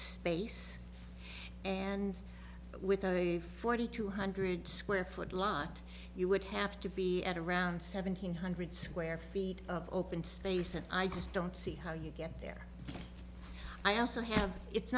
space and with a forty two hundred square foot lot you would have to be at around seven hundred square feet of open space and i just don't see how you get there i also have it's